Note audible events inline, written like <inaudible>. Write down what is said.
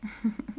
<laughs>